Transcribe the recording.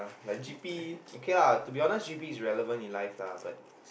like G_P K lah to be honest G_P is relevant in life lah but